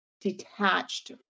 detached